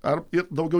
ar ir daugiau